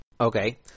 Okay